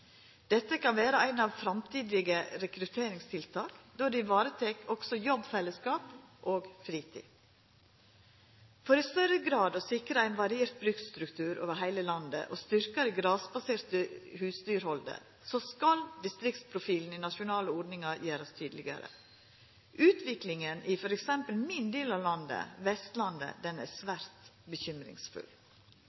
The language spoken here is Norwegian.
Dette kan vera eit av framtidige rekrutteringstiltak, då det også varetek jobbfellesskap og fritid. For i større grad å sikra ein variert bruksstruktur over heile landet og styrkja det grasbaserte husdyrhaldet skal distriktsprofilen i nasjonale ordningar gjerast tydelegare. Utviklinga i f.eks. min del av landet, Vestlandet, er svært bekymringsfull. Derfor er